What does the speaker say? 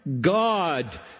God